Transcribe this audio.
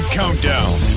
countdown